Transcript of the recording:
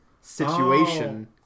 situation